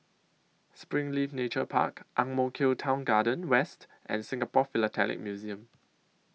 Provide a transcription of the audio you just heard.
Springleaf Nature Park Ang Mo Kio Town Garden West and Singapore Philatelic Museum